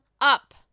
up